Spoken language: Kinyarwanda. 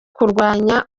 kurwanya